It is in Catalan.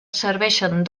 serveixen